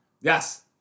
Yes